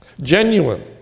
Genuine